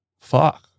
fuck